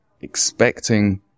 expecting